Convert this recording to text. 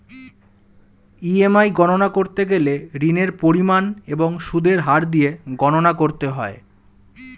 EMI গণনা করতে গেলে ঋণের পরিমাণ এবং সুদের হার দিয়ে গণনা করতে হয়